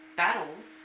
battles